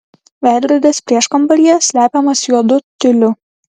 veidrodis prieškambaryje slepiamas juodu tiuliu